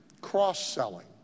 cross-selling